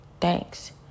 thanks